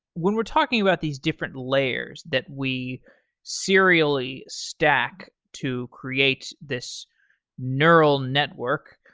when we're talking about these different layers that we serially stack to create this neural network,